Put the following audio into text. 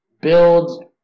build